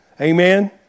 Amen